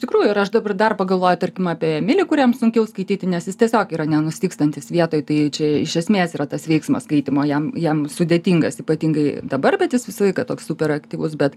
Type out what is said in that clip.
tikrųjų ir aš dabar dar pagalvoju tarkim apie emilį kuriam sunkiau skaityti nes jis tiesiog yra nenustygstantis vietoj tai čia iš esmės yra tas veiksmas skaitymo jam jam sudėtingas ypatingai dabar bet jis visą laiką toks hiperaktyvus bet